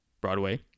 Broadway